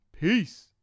Peace